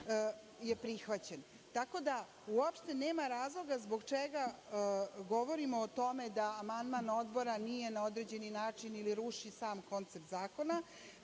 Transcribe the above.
je prihvaćen. Tako da, uopšte nema razloga zbog čega govorimo o tome da amandman odbora nije na određeni način ili ruši sam koncept zakona,